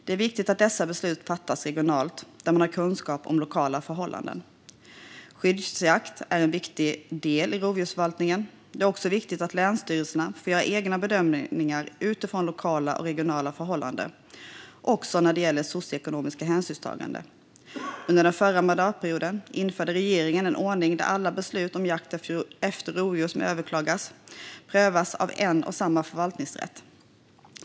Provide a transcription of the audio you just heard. Det är viktigt att dessa beslut fattas regionalt, där man har kunskap om lokala förhållanden. Skyddsjakt är en viktig del i rovdjursförvaltningen. Det är också viktigt att länsstyrelserna får göra egna bedömningar utifrån lokala och regionala förhållanden, också när det gäller socioekonomiska hänsynstaganden. Under den förra mandatperioden införde regeringen en ordning där alla beslut om jakt efter rovdjur som överklagas prövas av en och samma förvaltningsrätt.